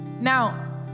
now